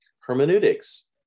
hermeneutics